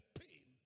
pain